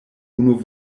unu